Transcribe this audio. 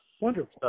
Wonderful